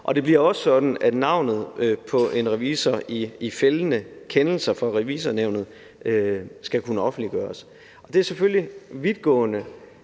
Det bliver også sådan, at navnet på en revisor i fældende kendelser fra Revisornævnet skal kunne offentliggøres. Det er selvfølgelig vidtgående,